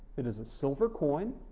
it is a silver coin,